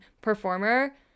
performer